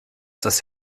das